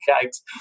cakes